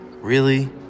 Really